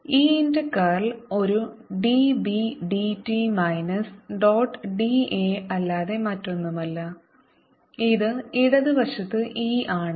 E ന്റെ curl ഒരു d b d t minus dot d a അല്ലാതെ മറ്റൊന്നുമല്ല ഇത് ഇടത് വശത്ത് e ആണ്